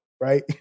right